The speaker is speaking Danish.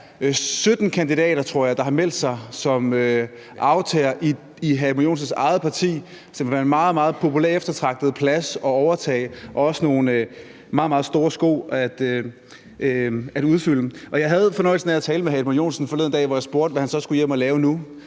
17 kandidater, tror jeg, der har meldt sig som aftager i hr. Edmund Joensens eget parti, og det er en meget, meget populær, eftertragtet plads at overtage og også nogle meget, meget store sko at udfylde. Og jeg havde fornøjelsen af at tale med hr. Edmund Joensen forleden dag, hvor jeg spurgte, hvad han så skulle hjem og lave nu,